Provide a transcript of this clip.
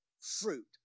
fruit